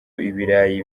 ibirayi